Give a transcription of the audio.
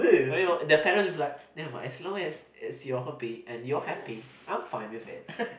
you know their parents will be like as long as it's your hobby and you're happy I'm fine with it